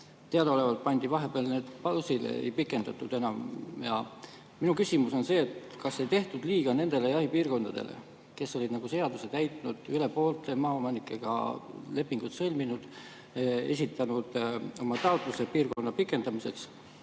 Teadaolevalt pandi vahepeal need pausile, ei pikendatud enam. Minu küsimus on see: kas ei tehtud liiga nendele jahipiirkondadele, kes olid seadust täitnud, üle poolte maaomanikega lepingud sõlminud, esitanud oma taotluse piirkonna [kasutusloa]